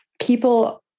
people